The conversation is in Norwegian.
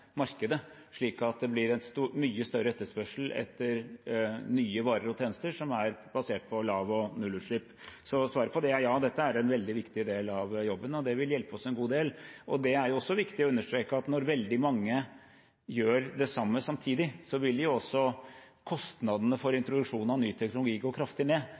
markedet slik at det blir en mye større etterspørsel etter nye varer og tjenester som er basert på lav- og nullutslipp. Så svaret på det er ja, dette er en veldig viktig del av jobben, og det vil hjelpe oss en god del. Det er også viktig å understreke at når veldig mange gjør det samme samtidig, vil også kostnadene for introduksjon av ny teknologi gå kraftig ned.